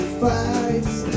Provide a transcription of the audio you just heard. fights